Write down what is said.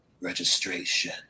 Registration